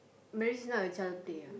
marriage is not a child play ah